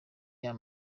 aya